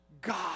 God